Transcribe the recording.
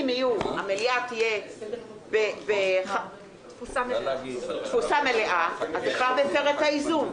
אם המליאה תהיה בתפוסה מלאה אז --- האיזון.